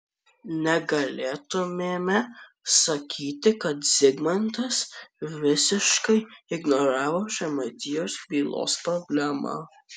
negalėtumėme sakyti kad zigmantas visiškai ignoravo žemaitijos bylos problemą